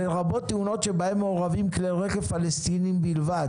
לרבות תאונות שבהן מעורבים כלי רכב פלסטיניים בלבד"